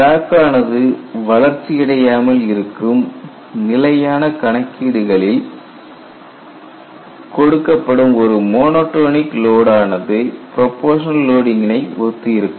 crack ஆனது வளர்ச்சி அடையாமல் இருக்கும் நிலையான கணக்கீடுகளில் கொடுக்கப்படும் ஒரு மோனாடோனிக் லோடு ஆனது ப்ரொபோஷனல் லோடிங்கிணை ஒத்து இருக்கும்